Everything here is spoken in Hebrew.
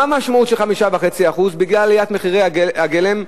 מה המשמעות של 5.5% בגלל עליית מחירי הגלם?